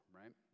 right